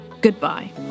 goodbye